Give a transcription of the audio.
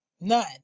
None